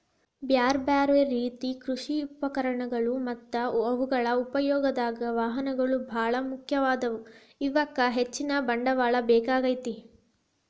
ಬ್ಯಾರ್ಬ್ಯಾರೇ ರೇತಿ ಕೃಷಿ ಉಪಕರಣಗಳು ಮತ್ತ ಅವುಗಳ ಉಪಯೋಗದಾಗ, ವಾಹನಗಳು ಬಾಳ ಮುಖ್ಯವಾದವು, ಇವಕ್ಕ ಹೆಚ್ಚಿನ ಬಂಡವಾಳ ಬೇಕಾಕ್ಕೆತಿ